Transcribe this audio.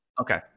Okay